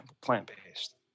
plant-based